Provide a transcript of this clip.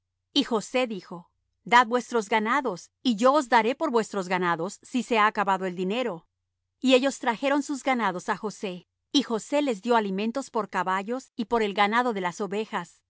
y josé dijo dad vuestros ganados y yo os daré por vuestros ganados si se ha acabado el dinero y ellos trajeron sus ganados á josé y josé les dió alimentos por caballos y por el ganado de las ovejas